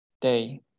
day